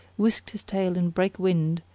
whisked his tail and brake wind,